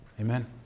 Amen